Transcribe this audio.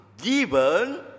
given